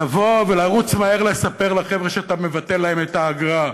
לבוא ולרוץ מהר לספר לחבר'ה שאתה מבטל להם את האגרה.